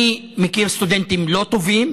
אני מכיר סטודנטים לא טובים,